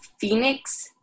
Phoenix